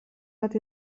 bat